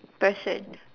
person